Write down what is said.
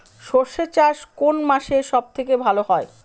সর্ষে চাষ কোন মাসে সব থেকে ভালো হয়?